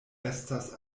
estas